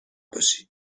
باشی